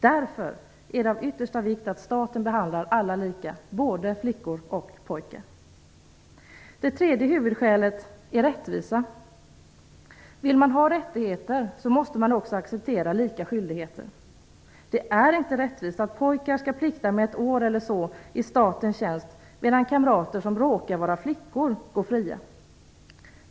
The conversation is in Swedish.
Därför är det av yttersta vikt att staten behandlar alla lika, både flickor och pojkar. Det tredje huvudskälet är rättvisa. Vill man ha rättigheter måste man också acceptera lika skyldigheter. Det är inte rättvist att pojkar skall plikta med ett år i statens tjänst, medan kamrater går fria bara för att de råkar vara flickor.